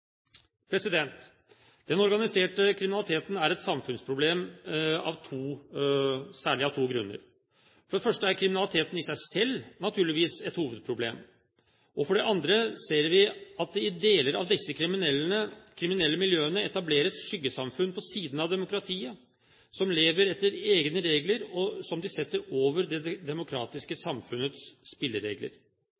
Den organiserte kriminaliteten er et samfunnsproblem særlig av to grunner. For det første er kriminaliteten i seg selv naturligvis et hovedproblem. Og for det andre ser vi at det i deler av disse kriminelle miljøene etableres skyggesamfunn på siden av demokratiet, som lever etter egne regler som de setter over det demokratiske